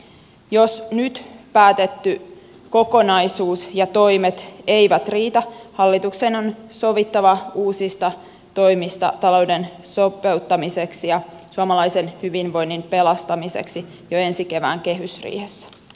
jos nyt päätetty kokonaisuus ja toimet eivät riitä hallituksen on sovittava uusista toimista talouden sopeuttamiseksi ja suomalaisen hyvinvoinnin pelastamiseksi jo ensi kevään kehysriihessä